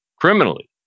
criminally